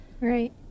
Right